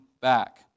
back